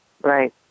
Right